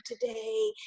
today